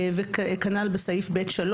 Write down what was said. כנ"ל בסעיף ב(3).